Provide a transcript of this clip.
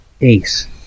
Ace